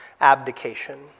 abdication